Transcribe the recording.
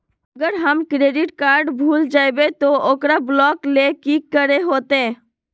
अगर हमर credit card भूल जइबे तो ओकरा ब्लॉक लें कि करे होते?